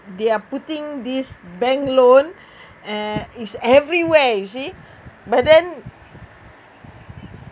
they are putting this bank loan and is every you see but then